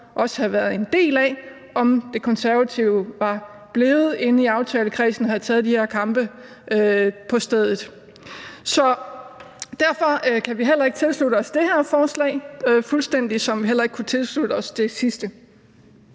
også have været en del af, om De Konservative var blevet inde i aftalekredsen og havde taget de her kampe på stedet. Så derfor kan vi heller ikke tilslutte os det her forslag, fuldstændig som vi heller ikke kunne tilslutte os det forrige.